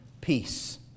peace